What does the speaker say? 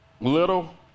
little